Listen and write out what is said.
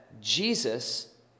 Jesus